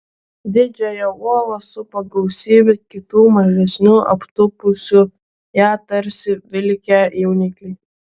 didžiąją uolą supo gausybė kitų mažesnių aptūpusių ją tarsi vilkę jaunikliai